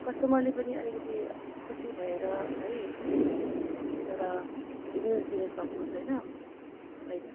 कस्टमरले पनि अलिकति खुसी भएर है एउटा रिभ्युज दिनसकोस् होइन लाइक